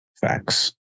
Facts